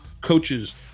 Coaches